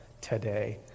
today